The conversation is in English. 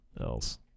else